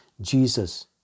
Jesus